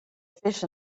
fish